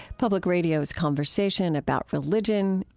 public radio's conversation about religion,